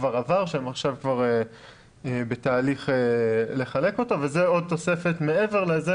שהם עכשיו בתהליך לחלק אותו וזו עוד תוספת מעבר לזה,